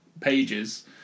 pages